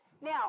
now